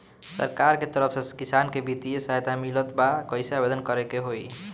सरकार के तरफ से किसान के बितिय सहायता मिलत बा कइसे आवेदन करे के होई?